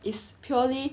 it's purely